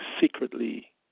secretly